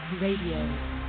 Radio